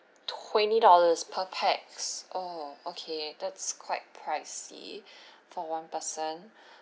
twenty dollars per pax oh okay that's quite pricey for one person